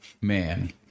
man